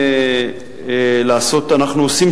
לנו עוד